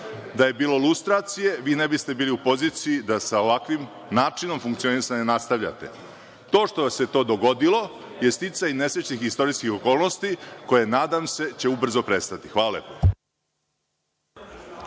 da je bilo lustracije, vi ne biste bili u poziciji da sa ovakvim načinom funkcionisanja nastavljate. To što se dogodilo je sticaj nesrećnih istorijskih okolnosti koje, nadam se, će ubrzo prestati. Hvala lepo.